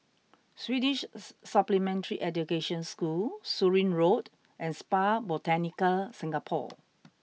Swedish Supplementary Education School Surin Road and Spa Botanica Singapore